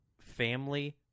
family